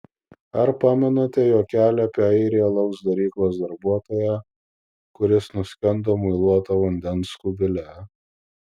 ar pamenate juokelį apie airį alaus daryklos darbuotoją kuris nuskendo muiluoto vandens kubile